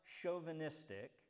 chauvinistic